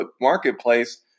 Marketplace